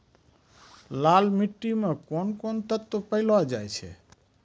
लाल मिट्टी मे कोंन कोंन तत्व पैलो जाय छै?